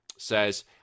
says